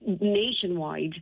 Nationwide